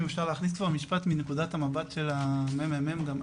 אם אפשר להכניס פה משפט מנקודת המבט של הממ"מ גם,